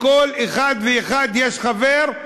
לכל אחד ואחד יש חבר,